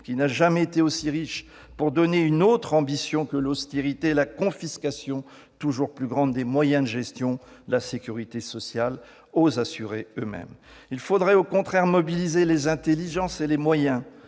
qui n'a jamais été aussi riche, pour donner une autre ambition que l'austérité et la confiscation toujours plus grande des moyens de gestion de la sécurité sociale aux assurés eux-mêmes. Il faudrait au contraire mobiliser les intelligences et les moyens,